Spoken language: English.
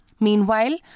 Meanwhile